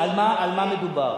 מה מדובר.